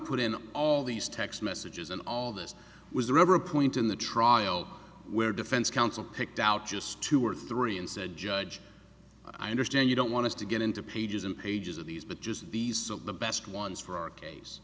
put in all these text messages and all this was there ever a point in the trial where defense counsel picked out just two or three and said judge i understand you don't want to get into pages and pages of these but just be so the best ones for our case